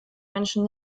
menschen